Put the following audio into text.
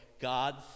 God's